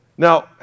Now